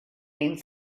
and